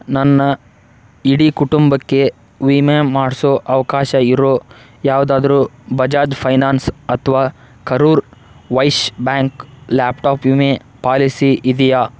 ನನ್ನ ಇಡೀ ಕುಟುಂಬಕ್ಕೆ ವಿಮೆ ಮಾಡಿಸೋ ಅವಕಾಶ ಇರೋ ಯಾವುದಾದ್ರೂ ಬಜಾಜ್ ಫೈನಾನ್ಸ್ ಅಥವಾ ಕರೂರ್ ವೈಶ್ ಬ್ಯಾಂಕ್ ಲ್ಯಾಪ್ಟಾಪ್ ವಿಮೆ ಪಾಲಿಸಿ ಇದೆಯಾ